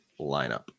lineup